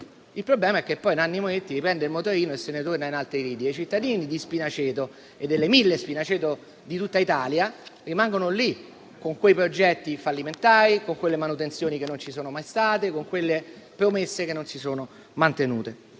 Il problema è che poi Nanni Moretti prende il motorino e se ne torna in altri lidi. I cittadini di Spinaceto, delle mille Spinaceto di tutta Italia rimangono lì, con quei progetti fallimentari, con quelle manutenzioni che non ci sono mai state, con quelle promesse che non si sono mantenute.